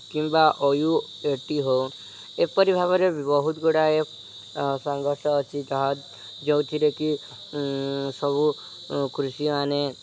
କିମ୍ବା O U A T ହଉ ଏପରି ଭାବରେ ବହୁତ ଗୁଡ଼ାଏ ସଂଘର୍ଷ ଅଛି ତାହା ଯେଉଁଥିରେ କିି ସବୁ କୃଷିମାନେ